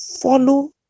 follow